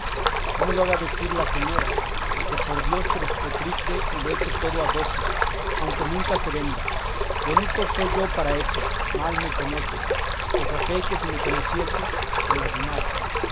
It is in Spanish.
no me lo haga decir la señora porque por dios que despotrique y lo eche todo a doce aunque nunca se venda bonico soy yo para eso mal me conoce pues a fe que si me conociese que me ayunase